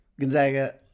Gonzaga